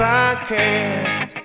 Podcast